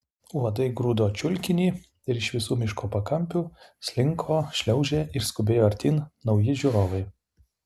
uodai grūdo čiulkinį ir iš visų miško pakampių slinko šliaužė ir skubėjo artyn nauji žiūrovai